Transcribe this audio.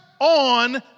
on